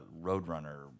roadrunner